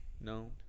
No